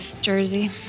Jersey